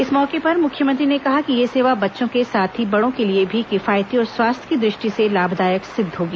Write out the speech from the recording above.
इस मौके पर मुख्यमंत्री ने कहा कि यह सेवा बच्चों के साथ ही बड़ों के लिए भी किफायती और स्वास्थ्य की दृष्टि से लाभदायक सिद्ध होगी